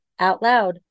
OUTLOUD